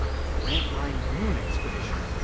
the grantline moon expedition!